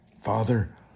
Father